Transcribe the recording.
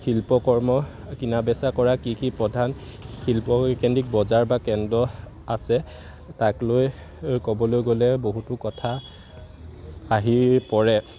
শিল্পকৰ্ম কিনা বেচা কৰা কি কি প্ৰধান শিল্পকেন্দ্ৰিক বজাৰ বা কেন্দ্ৰ আছে তাক লৈ ক'বলৈ গ'লে বহুতো কথা আহি পৰে